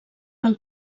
pel